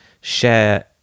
share